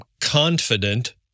confident